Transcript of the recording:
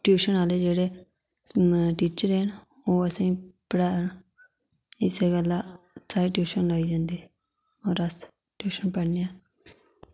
tuition आह्ले जेह्ड़े teacher न ओह् असेंई पढ़ान इ्सै गल्लां ट्यूशन लाई जंदी और अस टयूशन पढ़नें आं